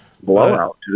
blowout